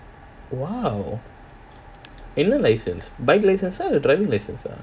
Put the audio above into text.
!wow! என்ன:enna license bike license ஆஹ் இல்ல:aah illa driving license